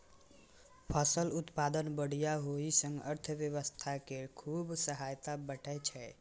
फसलक उत्पादन बढ़िया होइ सं अर्थव्यवस्था कें खूब सहायता भेटै छै